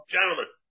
Gentlemen